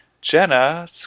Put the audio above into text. Jenna